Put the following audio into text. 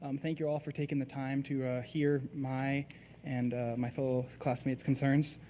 um thank you all for taking the time to hear my and my fellow classmates concerns.